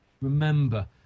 remember